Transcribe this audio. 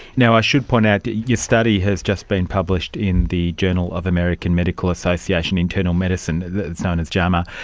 now, i should point out that your study has just been published in the journal of american medical association internal medicine, it's known as jama.